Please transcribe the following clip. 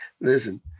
listen